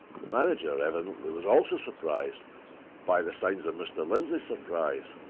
the manager, evidently, was also surprised by the signs of mr. lindsey's surprise.